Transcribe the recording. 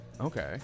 Okay